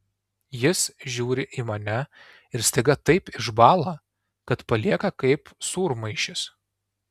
jis žiūri į mane ir staiga taip išbąla kad palieka kaip sūrmaišis